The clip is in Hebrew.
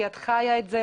כי את חיה את זה,